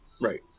Right